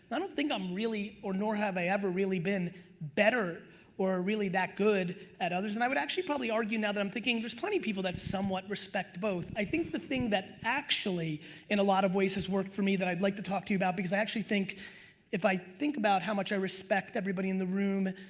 i don't think i'm really or nor have i ever really been better or really that good at others and i would actually probably argue now that i'm thinking there's plenty of people that somewhat respect both. i think the thing that actually in a lot of ways has worked for me that i'd like to talk to you about because i actually think if i think about how much i respect everybody in the room,